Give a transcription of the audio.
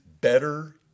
better